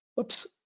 Oops